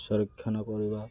ସଂରକ୍ଷଣ କରିବା